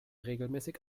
regelmäßig